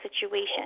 situation